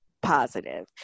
positive